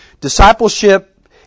Discipleship